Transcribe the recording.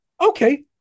Okay